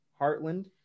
Heartland